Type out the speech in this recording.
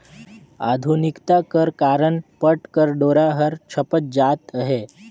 आधुनिकता कर कारन पट कर डोरा हर छपत जात अहे